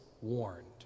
warned